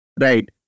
Right